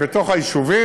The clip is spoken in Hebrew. בתוך היישובים,